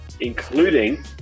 including